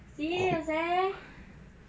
serious eh